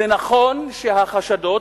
זה נכון שהחשדות,